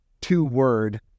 two-word